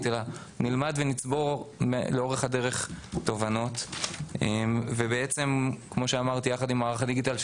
אלא נלמד ונצבור לאורך הדרך תובנות יחד עם מערך הדיגיטל,